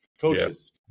coaches